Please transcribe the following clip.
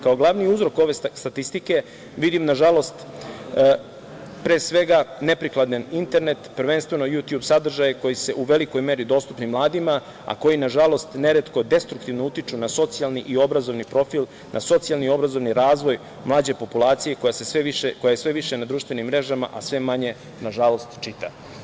Kao glavni uzrok ove statistike, vidim, nažalost, pre svega, neprikladne internet, prvenstveno „Jutjub“ sadržaje koji su u velikoj meri dostupnim mladima, a koji nažalost neretko destruktivno utiču na socijalni i obrazovni profil, na socijalni i obrazovni razvoj mlađe populacije koja je sve više na društvenim mrežama, a sve manje, nažalost, čita.